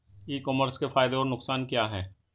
ई commerce के फायदे और नुकसान क्या हैं?